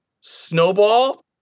Snowball